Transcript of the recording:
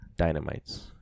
dynamites